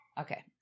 Okay